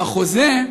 בחוזה,